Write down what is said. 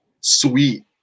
sweet